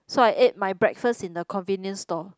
so I ate my breakfast in the convenient store